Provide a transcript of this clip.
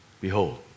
Behold